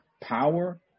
power